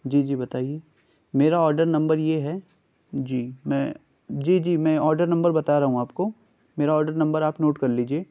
جی جی بتائیے میرا آرڈر نمبر یہ ہے جی میں جی جی میں آرڈر نمبر بتا رہا ہوں آپ کو میرا آرڈر نمبر آپ نوٹ کر لیجیے